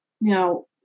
Now